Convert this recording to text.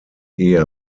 ehe